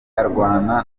arwana